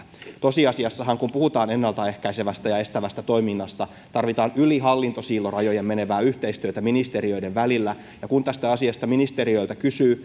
tosiasiassahan kun puhutaan ennalta ehkäisevästä ja estävästä toiminnasta tarvitaan yli hallintosiilorajojen menevää yhteistyötä ministeriöiden välillä ja kun tästä asiasta ministeriöiltä kysyy